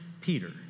Peter